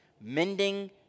Mending